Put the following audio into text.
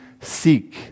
seek